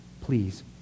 Please